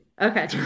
Okay